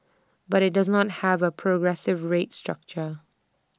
but IT does not have A progressive rate structure